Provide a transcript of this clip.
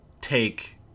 take